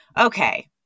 Okay